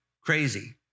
Crazy